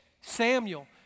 Samuel